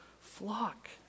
flock